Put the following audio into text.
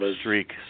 streak